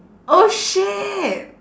oh shit